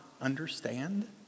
understand